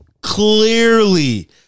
Clearly